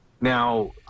Now